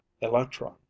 electron